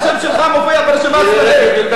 השם שלך מופיע ברשימת אצלם.